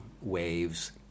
waves